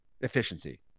efficiency